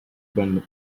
burn